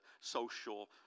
social